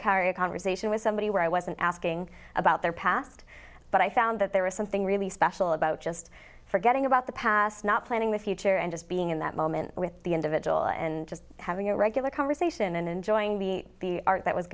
carry a conversation with somebody where i wasn't asking about their past but i found that there was something really special about just forgetting about the past not planning the future and just being in that moment with the individual and just having a regular conversation and enjoying the art that was